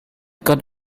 got